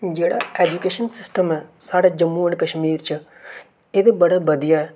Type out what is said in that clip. जेह्ड़ा education system ऐ साढ़े जम्मू एंड कश्मीर च एह् ते बड़ा बधिया ऐ